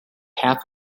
half